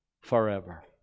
forever